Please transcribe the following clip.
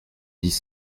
dix